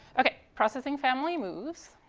okay. processing family moves.